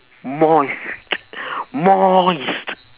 moist moist